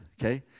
okay